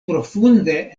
profunde